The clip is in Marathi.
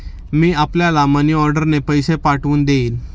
मी आपल्याला मनीऑर्डरने पैसे पाठवून देईन